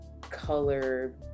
color